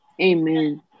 Amen